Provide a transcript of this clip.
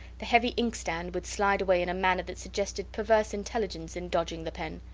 the heavy inkstand would slide away in a manner that suggested perverse intelligence in dodging the pen.